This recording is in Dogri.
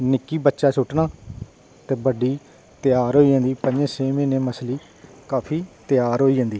निक्की बच्चा सुट्टना ते बड्डा त्यार होई जंदी पंञें छें दिनें च मच्छली काफी त्यार होई जंदी